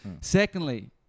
Secondly